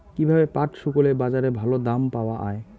কীভাবে পাট শুকোলে বাজারে ভালো দাম পাওয়া য়ায়?